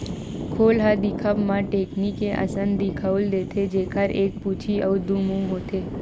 खोल ह दिखब म टेकनी के असन दिखउल देथे, जेखर एक पूछी अउ दू मुहूँ होथे